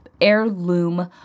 heirloom